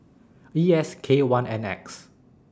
E S K one N X